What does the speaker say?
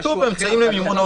הוא יהיה מבורך.